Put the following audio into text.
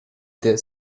there